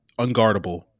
unguardable